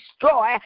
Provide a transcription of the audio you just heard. destroy